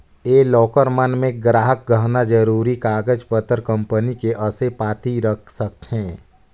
ये लॉकर मन मे गराहक गहना, जरूरी कागज पतर, कंपनी के असे पाती रख सकथें